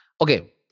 Okay